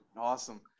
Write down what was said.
Awesome